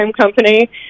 company